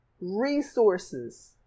resources